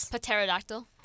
Pterodactyl